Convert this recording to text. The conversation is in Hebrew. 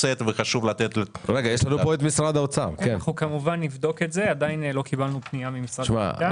וגם פנינו לפרופ' שאול יציב,